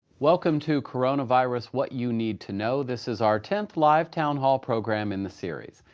welcome to coronavirus what you need to know. this is our tenth live town hall program in the series.